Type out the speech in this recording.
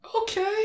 Okay